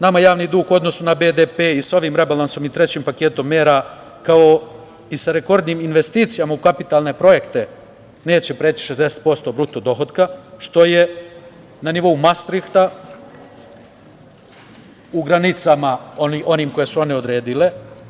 Nama javni dug u odnosu na BDP i sa ovim rebalansom i sa trećim paketom mera, kao i sa rekordnim investicijama u kapitalne projekte neće preći 60% BDP, što je na nivou mastrihta, u granicama koje su one odredile.